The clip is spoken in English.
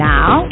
Now